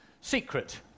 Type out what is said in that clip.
secret